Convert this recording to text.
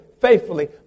Faithfully